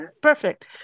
perfect